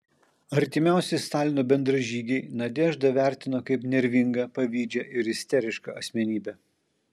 artimiausi stalino bendražygiai nadeždą vertino kaip nervingą pavydžią ir isterišką asmenybę